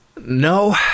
No